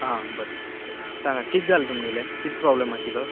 आं बरें सांगा कितें जाला तुमगेलें कित प्रोबलम आशिल्लो